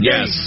Yes